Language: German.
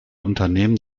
unternehmen